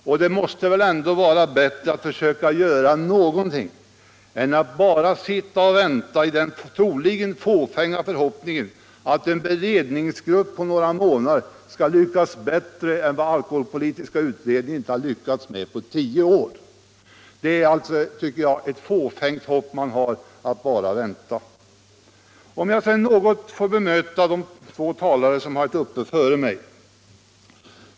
Och det måste väl vara bättre att försöka göra någonting än att bara sitta och vänta, i den troligen fåfänga förhoppningen att en beredskapsgrupp på några månader skall lyckas med vad alkoholpolitiska utredningen inte klarade på tio år. Jag tycker att det är ett fåfängt hopp. Sedan vill jag bara helt kort bemöta de två talare som har haft ordet här före mig.